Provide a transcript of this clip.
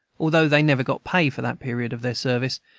although they never got pay for that period of their service,